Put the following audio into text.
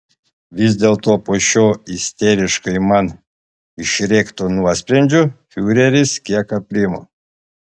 vis dėlto po šio isteriškai man išrėkto nuosprendžio fiureris kiek aprimo